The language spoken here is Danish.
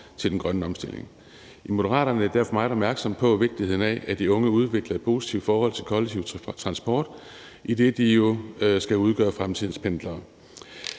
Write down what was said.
til den grønne omstilling. I Moderaterne er vi derfor meget opmærksomme på vigtigheden af, at de unge udvikler et positivt forhold til den kollektive transport, idet de jo skal udgøre fremtidens pendlere.